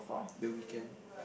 the weekend